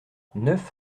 neuf